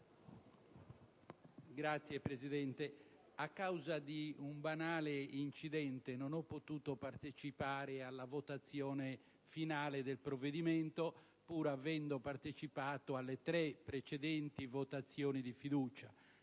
Signor Presidente, a causa di un banale incidente non ho potuto partecipare alla votazione finale del disegno di legge n. 733-B, pur avendo partecipato alle tre precedenti votazioni sulla fiducia.